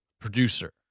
producer